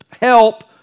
help